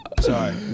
Sorry